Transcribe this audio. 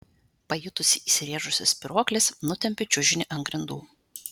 pajutusi įsirėžusias spyruokles nutempiu čiužinį ant grindų